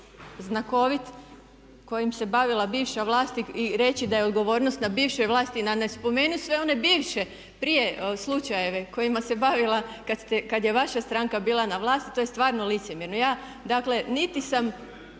znakovit kojim se bavila bivša vlast i reći da je odgovornost na bivšoj vlasti a ne spomenuti sve one bivše prije slučajeve kojima se bavila kad je vaša stranka bila na vlasti to je stvarno licemjerno. Ja dakle niti sam